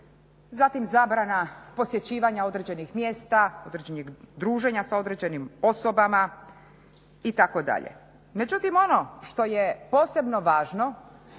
zatim zabrana posjećivanja određenih mjesta, druženja sa određenim osobama itd. Međutim, ono što je posebno važno